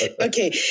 Okay